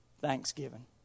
thanksgiving